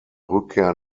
rückkehr